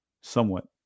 somewhat